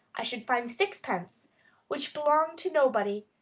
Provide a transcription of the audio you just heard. i should find sixpence which belonged to nobody.